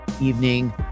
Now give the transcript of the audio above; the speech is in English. Evening